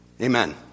Amen